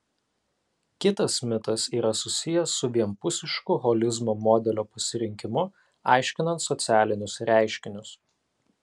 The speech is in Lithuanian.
kitas mitas yra susijęs su vienpusišku holizmo modelio pasirinkimu aiškinant socialinius reiškinius